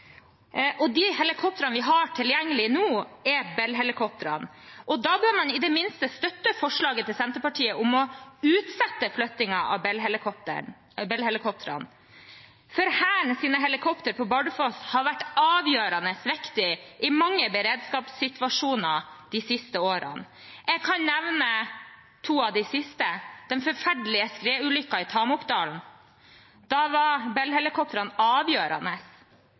Bardufoss. De helikoptrene vi har tilgjengelig nå, er Bell-helikoptrene. Da bør man i det minste støtte forslaget til Senterpartiet om å utsette flyttingen av Bell-helikoptrene, for Hærens helikopter på Bardufoss har vært avgjørende viktig i mange beredskapssituasjoner de siste årene. Jeg kan nevne to av de siste. Ved den forferdelige skredulykken i Tamokdalen var Bell-helikoptrene avgjørende,